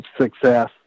success